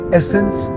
essence